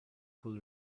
pull